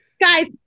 Guys